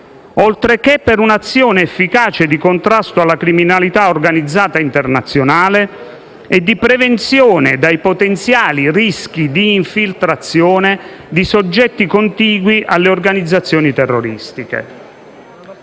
oltre che per un'azione efficace di contrasto alla criminalità organizzata internazionale e di prevenzione dai potenziali rischi di infiltrazione di soggetti contigui alle organizzazioni terroristiche.